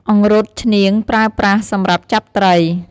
អង្រុត ឈ្នាង បករើប្រាស់សម្រាប់ចាប់ត្រី។